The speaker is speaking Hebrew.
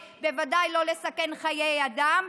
בוודאי לא לסכן חיי אדם,